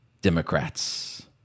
Democrats